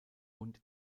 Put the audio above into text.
und